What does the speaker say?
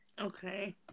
Okay